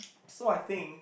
so I think